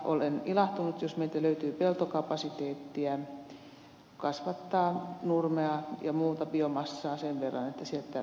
olen ilahtunut jos meiltä löytyy peltokapasiteettia kasvattaa nurmea ja muuta biomassaa sen verran että sitä löytyy biokaasulaitosten käyttöön